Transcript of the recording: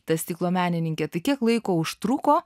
ta stiklo menininkė tai kiek laiko užtruko